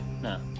No